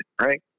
right